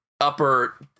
upper